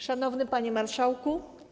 Szanowny Panie Marszałku!